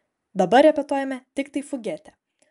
dabar repetuojame tiktai fugetę